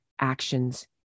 actions